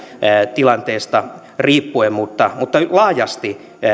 tilanteesta riippuen mutta mutta laajasti